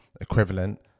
equivalent